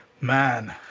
man